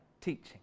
teaching